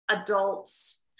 adults